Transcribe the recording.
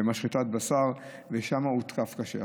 במשחטת בשר, שהותקף קשה שם.